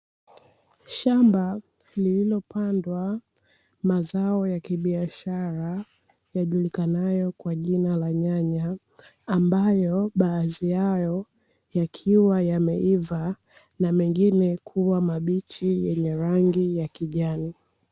Shamba lililopandwa mazao ya kibiashara yajulikanayo kwa jina la nyanya, ambayo baadhi yao yakiwa yameiva na mengine kuwa mabichi yenye rangi ya kijani.